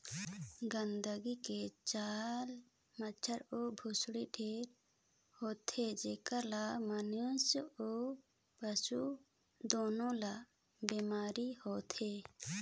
गंदगी के चलते माछी अउ भुसड़ी ढेरे होथे, जेखर ले मइनसे अउ पसु दूनों ल बेमारी होथे